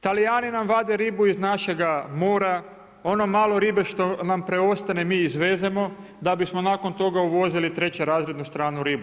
Talijani nam vade ribu iz našega mora, ono malo ribe što nam preostane mi izvezemo da bismo nakon toga uvozili treće razrednu stranu ribu.